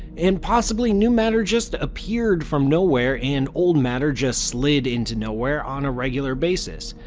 and possibly new matter just appeared from nowhere and old matter just slid into nowhere on a regular basis.